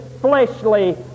fleshly